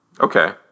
Okay